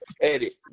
edit